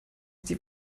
die